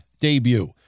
debut